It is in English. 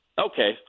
okay